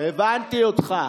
הבנתי אותך.